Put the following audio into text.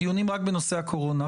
היית בדיונים רק בנושא הקורונה.